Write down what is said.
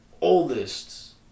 oldest